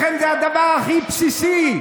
לחם זה הדבר הכי בסיסי.